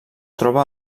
troba